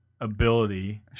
ability